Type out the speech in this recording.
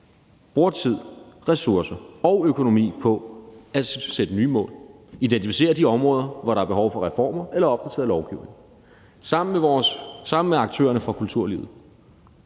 bruger tid, ressourcer og økonomi på at sætte nye mål og identificerer de områder, hvor der er behov for reformer eller opdateret lovgivning. Og sammen med aktørerne fra kulturlivet,